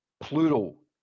plural